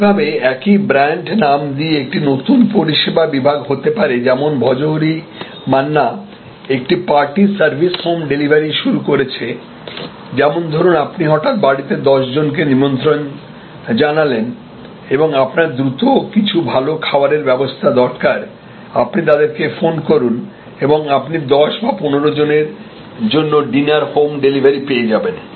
একইভাবে একই ব্র্যান্ড নাম দিয়ে একটা নতুন পরিষেবা বিভাগ হতে পারে যেমন ভজহরি মান্না একটি পার্টি সার্ভিস হোম ডেলিভারি শুরু করেছেযেমন ধরুন আপনি হঠাৎ বাড়িতে দশজনকে আমন্ত্রণ জানালেন এবং আপনার দ্রুত কিছু ভাল খাবারের ব্যবস্থা দরকার আপনি তাদের কে ফোন করুন এবং আপনি 12 বা 15 জনের জন্য ডিনার হোম ডেলিভারি পেয়ে যাবেন